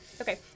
Okay